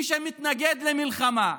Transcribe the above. מי שמתנגד למלחמה,